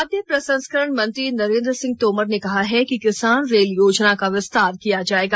खाद्य प्रस्संकरण मंत्री नरेंद्र सिंह तोमर ने कहा है कि किसान रेल योजना का विस्तार किया जाएगा